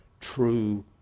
true